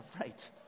right